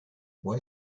può